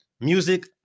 music